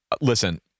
listen